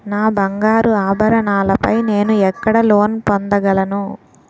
నా బంగారు ఆభరణాలపై నేను ఎక్కడ లోన్ పొందగలను?